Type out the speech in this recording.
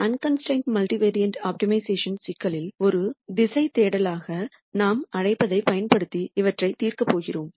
unconstrained multivariate optimisation சிக்கல்களில் ஒரு திசை தேடலாக நாம் அழைப்பதைப் பயன்படுத்தி இவற்றைத் தீர்க்கப் போகிறோம்